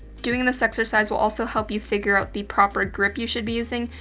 doing this exercise will also help you figure out the proper grip you should be using.